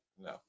No